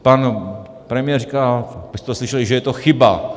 Pan premiér říká, vy jste to slyšeli, že to je chyba.